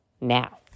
now